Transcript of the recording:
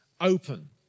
open